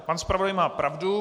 Tak, pan zpravodaj má pravdu.